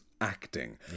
acting